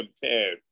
compared